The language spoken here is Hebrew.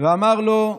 ואמר לו: